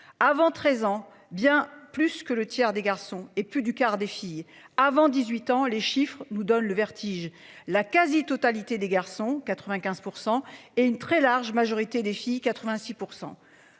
avant 13 ans, bien plus que le tiers des garçons et plus du quart des filles avant 18 ans les chiffres nous donne le vertige. La quasi-totalité des garçons 95% et une très large majorité des filles 86%